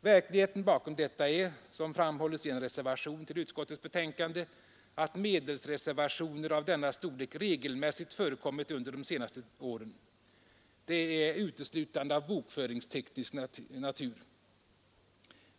den Verkligheten bakom detta är, som framhålls i en reservation till å : 2 7 mars 1973 utskottets betänkande, att medelsreservationer av denna storlek regelmäs= = sigt förekommit under de senaste åren. De är uteslutande av bokförings Pedagogiskt utveckteknisk natur.